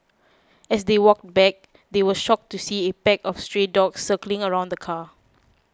as they walked back they were shocked to see a pack of stray dogs circling around the car